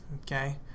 okay